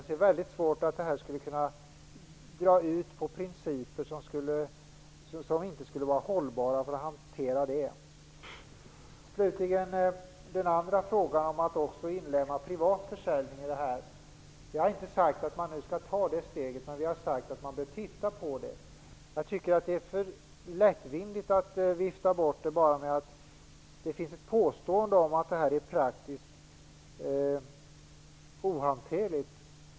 Jag förstår inte hur detta skulle kunna tänja på principer och att dessa inte skulle vara tillräckligt hållbara för en sådan hantering. Slutligen handlar den andra frågan om att man skulle inlemma också privat försäljning i detta. Vi har inte sagt att man bör ta det steget, men man bör titta på det förslaget. Det är för lättvindigt att bara vifta bort det med påståendet att det är praktiskt ohanterligt.